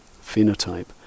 phenotype